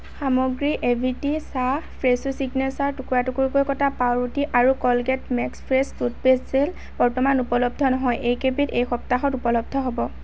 সামগ্ৰী A V T চাহ Fresho signature টুকুৰা টুকুৰকৈ কটা পাওৰুটি আৰু Colgate max fresh toothpaste gel বৰ্তমান উপলব্ধ নহয় এইকেইবিধ এই সপ্তাহত উপলব্ধ হ'ব